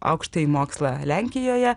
aukštąjį mokslą lenkijoje